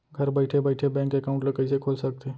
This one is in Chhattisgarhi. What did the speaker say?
घर बइठे बइठे बैंक एकाउंट ल कइसे खोल सकथे?